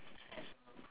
threshold